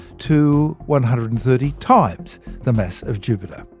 to one hundred and thirty times the mass of jupiter.